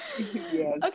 Okay